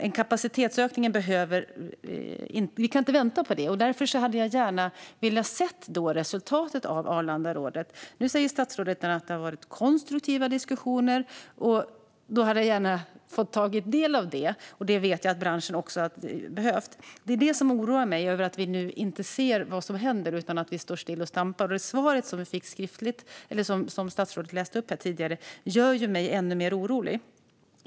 Vi kan inte vänta på en kapacitetsökning. Därför hade jag gärna velat se resultatet av Arlandarådet. Nu säger statsrådet att det har varit konstruktiva diskussioner. Jag hade gärna tagit del av dem, och det vet jag att också branschen hade behövt. Det som oroar mig nu är att vi inte vet vad som händer utan står still och stampar, och interpellationssvaret som ministern läste upp här tidigare gör mig ännu mer orolig.